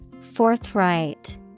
Forthright